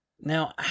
Now